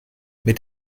mit